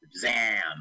zam